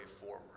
forward